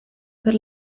per